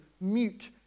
mute